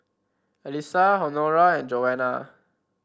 Elissa Honora and Joana